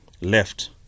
left